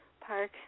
park